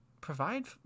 provide